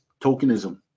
tokenism